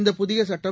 இந்தப் புதிய சட்டம்